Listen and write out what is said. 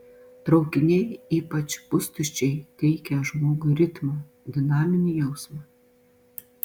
traukiniai ypač pustuščiai teikia žmogui ritmą dinaminį jausmą